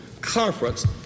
Conference